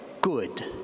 Good